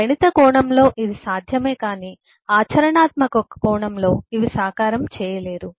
గణిత కోణంలో ఇవి సాధ్యమే కాని ఆచరణాత్మక కోణంలో ఇవి సాకారం చేయలేరు